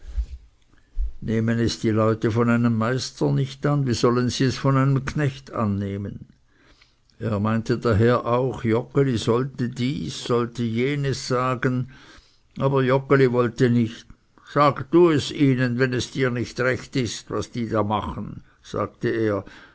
nehmen es die leute von einem meister nicht an wie sollen sie es von einem knecht annehmen er meinte daher auch joggeli sollte dies sollte jenes sagen aber joggeli wollte nicht sag du es ihnen wenn es dir nicht recht ist was sie machen sagte er